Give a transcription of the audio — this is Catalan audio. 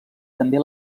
també